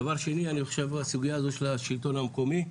דבר שני, אני חושב הסוגיה הזאת של השלטון המקומי.